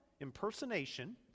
impersonation